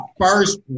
first